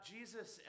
Jesus